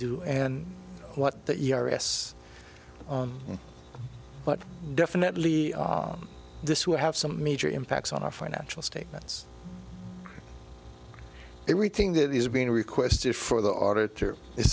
do and what the ers but definitely this will have some major impacts on our financial statements everything that is being requested for the auditor is